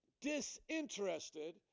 disinterested